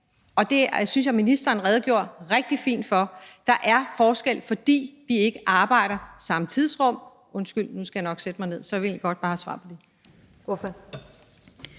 Det synes jeg ministeren redegjorde rigtig fint for. Der er forskel, fordi de ikke arbejder i samme tidsrum – undskyld, nu skal jeg nok sætte mig ned. Så jeg vil egentlig godt bare have svar på det.